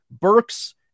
Burks